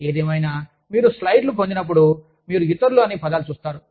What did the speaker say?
ఏదేమైనా మీరు స్లైడ్లను పొందినప్పుడు మీరు ఇతరులు అనే పదాలను చూస్తారు